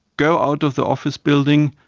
go out of the office building,